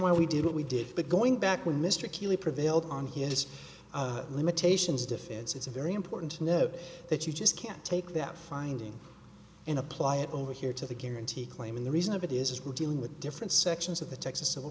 why we did what we did but going back when mr keely prevailed on his limitations defense it's a very important to know that you just can't take that finding and apply it over here to the guarantee claim in the reason of it is we're dealing with different sections of the texas civil